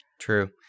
true